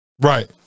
Right